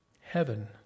heaven